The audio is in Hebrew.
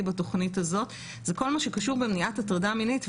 בתוכנית הזאת זה כל מה שקשור במניעת הטרדה מינית,